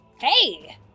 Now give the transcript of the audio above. hey